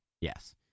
Yes